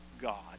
God